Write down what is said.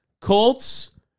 Colts